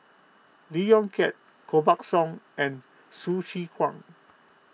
Lee Yong Kiat Koh Buck Song and Hsu Tse Kwang